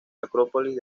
acrópolis